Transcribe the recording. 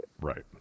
Right